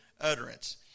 utterance